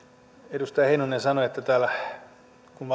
edustaja heinonen sanoi että kun